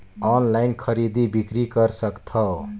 Online खरीदी बिक्री कर सकथव?